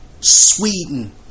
Sweden